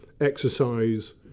exercise